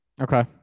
okay